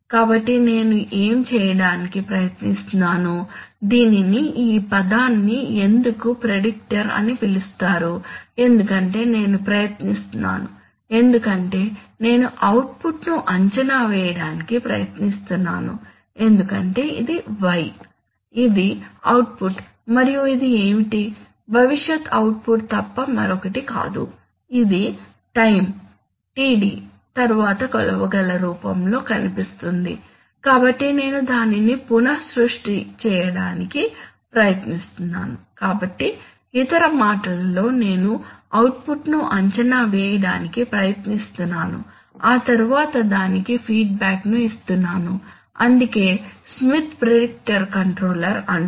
కాబట్టి నేను ఏమి చేయటానికి ప్రయత్నిస్తున్నాను దీనిని ఈ పదాన్ని ఎందుకు ప్రిడిక్టర్ అని పిలుస్తారు ఎందుకంటే నేను ప్రయత్నిస్తున్నాను ఎందుకంటే నేను అవుట్పుట్ను అంచనా వేయడానికి ప్రయత్నిస్తున్నాను ఎందుకంటే ఇది y ఇది అవుట్పుట్ మరియు ఇది ఏమిటి భవిష్యత్ అవుట్పుట్ తప్ప మరొకటి కాదు ఇది టైం Td తరువాత కొలవగల రూపంలో కనిపిస్తుంది కాబట్టి నేను దానిని పునః సృష్టి చేయడానికి ప్రయత్నిస్తున్నాను కాబట్టి ఇతర మాటలలో నేను అవుట్పుట్ను అంచనా వేయడానికి ప్రయత్నిస్తున్నాను ఆతరువాత దానికి ఫీడ్బ్యాక్ ను ఇస్తున్నాను అందుకే స్మిత్ ప్రిడిక్టర్ కంట్రోల్ అంటారు